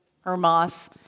Hermas